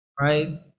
right